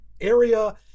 area